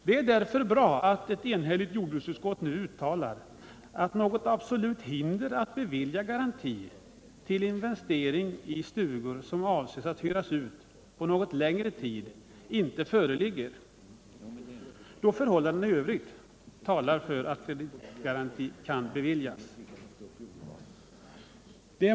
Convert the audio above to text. Det är därför bra att ett enhälligt jordbruksutskott nu uttalat att något absolut hinder att bevilja garanti för investering i stugor som är avsedda att hyras ut under en något längre tid inte föreligger, då förhållandena i övrigt talar för att kreditgaranti kan beviljas.